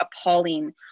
appalling